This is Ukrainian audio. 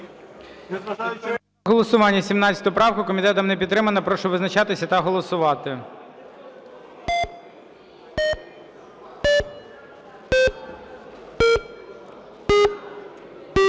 голосування 17 правку. Комітетом не підтримана. Прошу визначатись та голосувати.